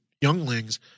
younglings